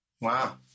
Wow